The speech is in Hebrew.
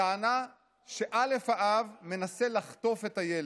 וטענה שא', האב, מנסה לחטוף את הילד.